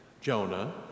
Jonah